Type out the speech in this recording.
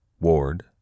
Ward